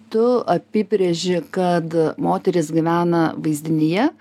tu apibrėži kad moterys gyvena vaizdinyje